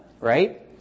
right